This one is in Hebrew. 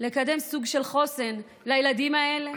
לקדם סוג של חוסן לילדים האלה.